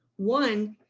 one,